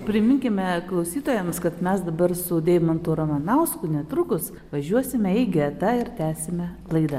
priminkime klausytojams kad mes dabar su deimantu ramanausku netrukus važiuosime į getą ir tęsime laidą